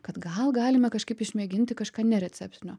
kad gal galime kažkaip išmėginti kažką nereceptinio